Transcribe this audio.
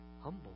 Humble